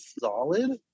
solid